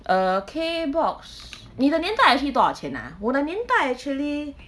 uh K box 你的年代 actually 多少钱啊我的年代 actually